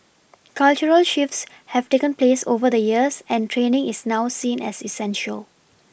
cultural shifts have taken place over the years and training is now seen as essential